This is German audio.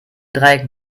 dreieck